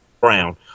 brown